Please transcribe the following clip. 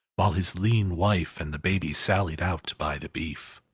while his lean wife and the baby sallied out to buy the beef.